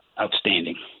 outstanding